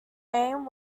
name